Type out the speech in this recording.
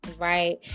Right